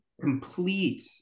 complete